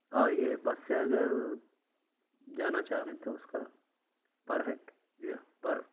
اور یہ بس سے اگر جانا چاہ رہے ہیں تو اس کا پر ہیڈ جی ہاں پر